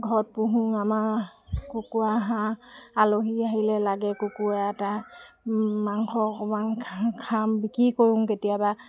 ঘৰত পুহো আমাৰ কুকুৰা হাঁহ আলহী আহিলে লাগে কুকুৰা এটা মাংস অকণমান খাওঁ খাম বিকি কৰোঁ কেতিয়াবা